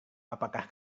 apakah